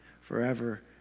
forever